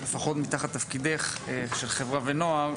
לפחות מתחת תפקידך של חברה ונוער,